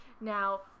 now